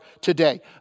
today